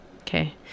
Okay